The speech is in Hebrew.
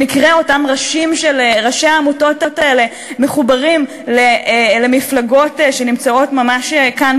במקרה אותם ראשי עמותות מחוברים למפלגות שנמצאות ממש כאן,